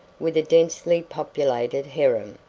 with a densely-populated harem,